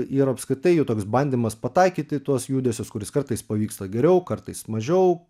ir apskritai jų toks bandymas pataikyti į tuos judesius kuris kartais pavyksta geriau kartais mažiau